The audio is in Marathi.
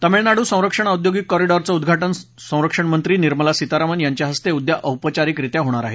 तामिळनाडू संरक्षण औद्योगिक कॉरिडॉरचं उद्घाटन संरक्षणमंत्री निर्मला सीतारामन यांच्याहस्ते उद्या औपचारिकरित्या होणार आहे